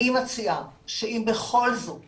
אני מציעה שאם בכל זאת